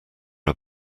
are